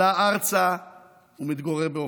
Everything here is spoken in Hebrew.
עלה ארצה והתגורר באופקים.